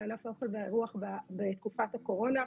ענף האוכל והאירוח בתקופת הקורונה.